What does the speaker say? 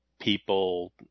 people